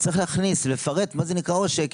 צריך להכניס ולפרט מה זה נקרא עושק.